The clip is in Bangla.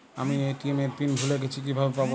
আমি এ.টি.এম এর পিন ভুলে গেছি কিভাবে পাবো?